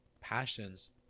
passions